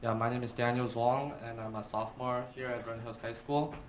um my name is daniel zwong and i'm a sophomore here at vernon hills high school.